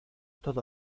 todo